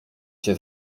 chce